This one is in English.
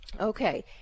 Okay